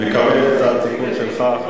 מקבל את התיקון שלך.